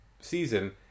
season